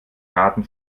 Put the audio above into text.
daten